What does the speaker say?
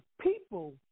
people